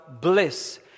bliss